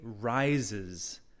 rises